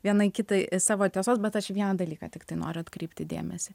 viena kitai savo tiesos bet aš į vieną dalyką tiktai noriu atkreipti dėmesį